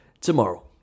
tomorrow